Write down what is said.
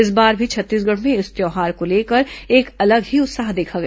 इस बार भी छत्तीसगढ़ में इस त्यौहार को लेकर एक अलग ही उत्साह देखा गया